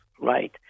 right